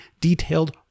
detailed